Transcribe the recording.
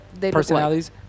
personalities